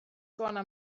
gonna